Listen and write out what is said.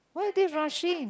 why are they rushing